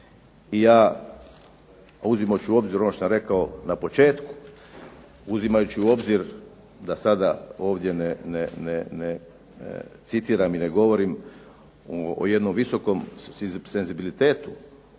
ja uzimajući u obzir ono što sam rekao na početku, uzimajući u obzir da sada ovdje ne citiram i ne govorim o jednom visokom senzibilitetu